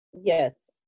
Yes